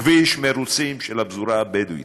כביש מרוצים של הפזורה הבדואית.